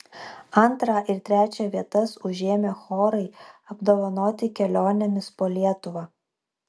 antrą ir trečią vietas užėmę chorai apdovanoti kelionėmis po lietuvą